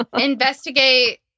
investigate